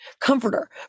comforter